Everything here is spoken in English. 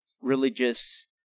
religious